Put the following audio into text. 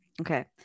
Okay